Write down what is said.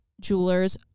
jewelers